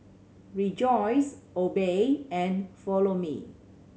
Rejoice Obey and Follow Me